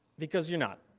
because you're not.